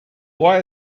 why